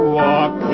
walk